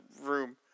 room